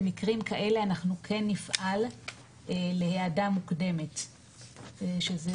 במקרים כאלה אנחנו כן נפעל להעדה מוקדמת שזה